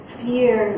fear